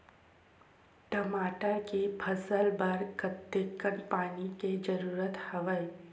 टमाटर के फसल बर कतेकन पानी के जरूरत हवय?